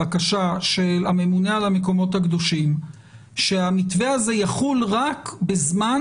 בקשה של הממונה על המקומות הקדושים שהמתווה הזה יחול רק בזמן